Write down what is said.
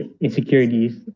insecurities